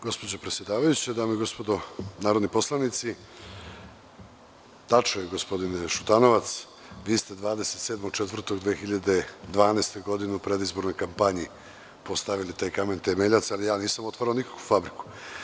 Gospođo predsedavajuća, dame i gospodo narodni poslanici, tačno je gospodine Šutanovac, vi ste 27. aprila 2012. godine u predizbornoj kampanji postavili taj kamen temeljac, ali ja nisam otvarao nikakvu fabriku.